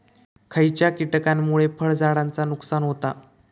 खयच्या किटकांमुळे फळझाडांचा नुकसान होता?